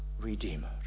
Redeemer